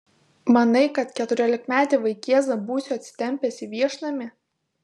manai kad keturiolikmetį vaikėzą būsiu atsitempęs į viešnamį